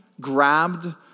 grabbed